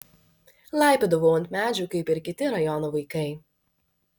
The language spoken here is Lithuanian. laipiodavau ant medžių kaip ir kiti rajono vaikai